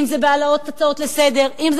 אם זה בהעלאת הצעות לסדר-היום,